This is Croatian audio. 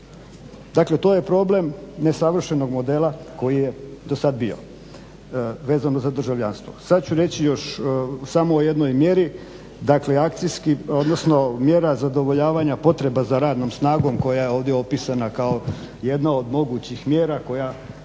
Dakle, to je problem nesavršenog modela koji je do sad bio vezano za državljanstvo. Sad ću reći još samo u jednoj mjeri, dakle akcijski, odnosno mjera zadovoljavanja potreba za radnom snagom koja je ovdje opisana kao jedna od mogućih mjera kojoj